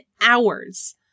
hours